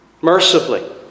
mercifully